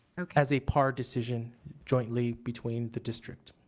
okay. as a par decision jointly between the district.